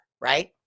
right